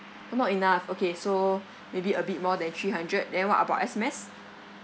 orh not enough okay so maybe a bit more than three hundred then what about S_M_S